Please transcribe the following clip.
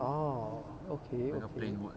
oh okay okay